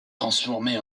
transformée